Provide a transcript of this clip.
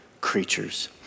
creatures